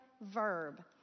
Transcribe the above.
verb